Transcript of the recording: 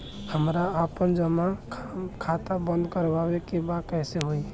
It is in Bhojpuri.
हमरा आपन जमा खाता बंद करवावे के बा त कैसे होई?